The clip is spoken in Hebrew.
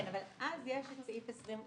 כן, אבל אז יש את סעיף 23,